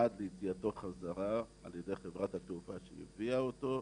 עד ליציאתו חזרה על ידי חברת התעופה שהביאה אותו,